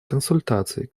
консультаций